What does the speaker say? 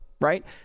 right